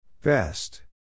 Best